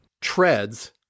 treads